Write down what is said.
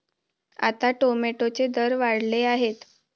आता टोमॅटोचे दर वाढले आहेत